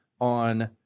on